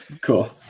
cool